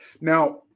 Now